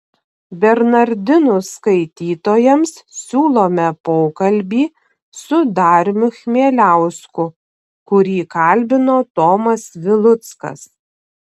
bernardinų skaitytojams siūlome pokalbį su dariumi chmieliausku kurį kalbino tomas viluckas